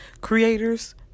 creators